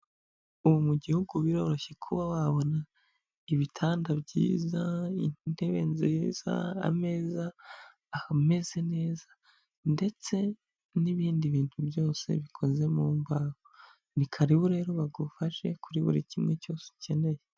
Ubu mu gihugu biroroshye kuba wabona ibitanda byiza, intebe nziza, ameza ameza neza ndetse n'ibindi bintu byose bikoze mu mbaho, ni karibu rero bagufashe kuri buri kimwe cyose ukeneye.